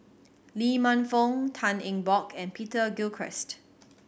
Lee Man Fong Tan Eng Bock and Peter Gilchrist